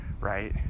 right